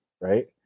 right